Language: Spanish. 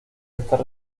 estar